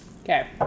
Okay